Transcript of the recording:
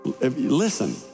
listen